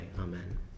amen